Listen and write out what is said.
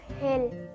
hill